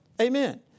Amen